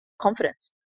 confidence